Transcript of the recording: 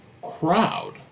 crowd